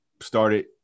started